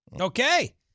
Okay